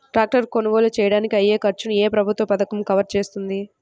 Tractor కొనుగోలు చేయడానికి అయ్యే ఖర్చును ఏ ప్రభుత్వ పథకం కవర్ చేస్తుంది?